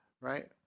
right